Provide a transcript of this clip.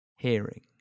hearing